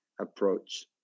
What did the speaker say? approach